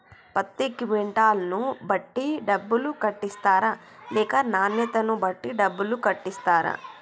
పత్తి క్వింటాల్ ను బట్టి డబ్బులు కట్టిస్తరా లేక నాణ్యతను బట్టి డబ్బులు కట్టిస్తారా?